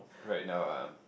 right now ah